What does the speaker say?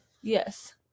yes